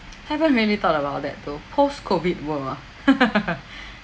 haven't really thought about that though post COVID world ah